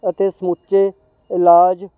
ਅਤੇ ਸਮੁੱਚੇ ਇਲਾਜ